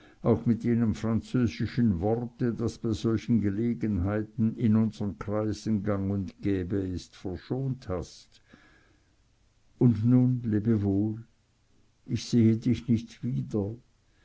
auch mit jenem französischen worte das bei solchen gelegenheiten in unseren kreisen gang und gäbe ist verschont hast und nun lebe wohl ich sehe dich nicht wieder